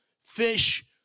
fish